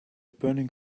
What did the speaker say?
burning